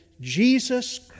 Jesus